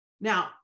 Now